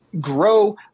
grow